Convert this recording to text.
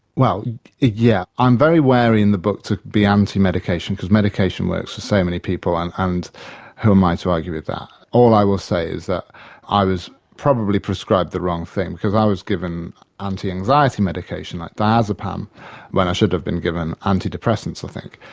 well yeah, i'm very wary in the book to be anti-medication, because medication works for so many people and and who am i to argue with that? all i will say is that i was probably prescribed the wrong thing, because i was given anti-anxiety medication like diazepam when i should have been given antidepressants i think.